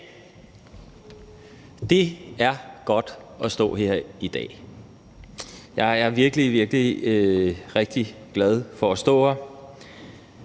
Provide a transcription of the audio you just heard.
Det er godt at stå her i dag. Jeg er virkelig, virkelig rigtig glad for at stå her,